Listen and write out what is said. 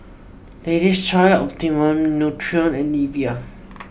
Lady's Choice Optimum Nutrition and Nivea